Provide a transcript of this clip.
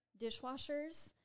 dishwashers